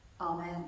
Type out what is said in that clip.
Amen